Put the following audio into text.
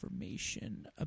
information